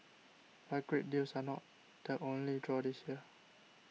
but great deals are not the only draw this year